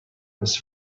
his